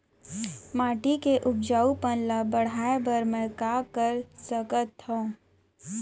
माटी के उपजाऊपन ल बढ़ाय बर मैं का कर सकथव?